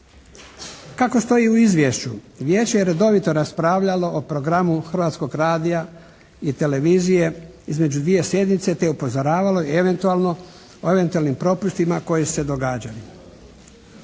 Kako stoji u izvješću Vijeće je redovito raspravljalo o programu Hrvatskog radija i televizije između dvije sjednice, te upozoravalo o eventualnim propustima koji su se događali.